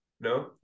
No